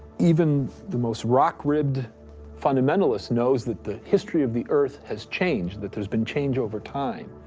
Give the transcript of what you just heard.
even the most rock-ribbed fundamentalist knows that the history of the earth has changed that there's been change over time.